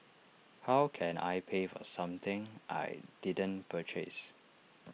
how can I pay for something I didn't purchase